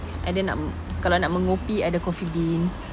and nak me~ kalau nak mengopi ada coffee bean